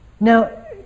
now